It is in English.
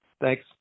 Thanks